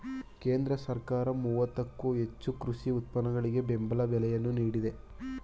ಕೇಂದ್ರ ಸರ್ಕಾರ ಮೂವತ್ತೇರದಕ್ಕೋ ಹೆಚ್ಚು ಕೃಷಿ ಉತ್ಪನ್ನಗಳಿಗೆ ಬೆಂಬಲ ಬೆಲೆಯನ್ನು ನೀಡಿದೆ